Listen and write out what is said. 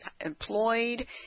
employed